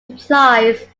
implies